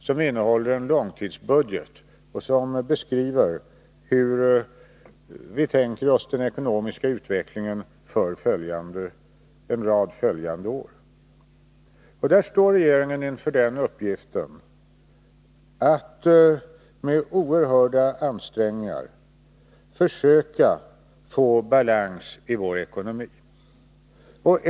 Den innehåller en långtidsbudget och beskriver hur vi tänker oss den ekonomiska utvecklingen en rad kommande år. Regeringen står inför uppgiften att med oerhörda ansträngningar försöka få balans i vår ekonomi.